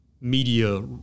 media